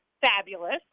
Fabulous